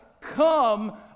come